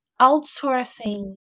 outsourcing